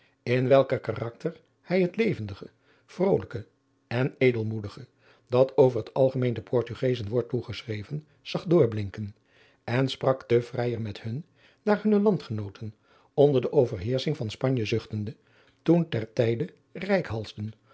in welker karakter hij het levendige vrolijke en edelmoedfge dat over het algemeen den portugezen wordt toegeschreven zag doorblinken en sprak te vrijer met hun daar hunne landgenooten onder de overheersching van spanje zuchtende toen ter tijde reikhalsadriaan